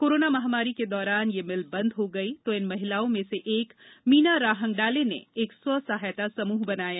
corona महामारी के दौरान यह मिल बंद हो गई तो इन महिलाओं में से एक मीना राहंगडाले ने एक स्व सहायता समूह बनाया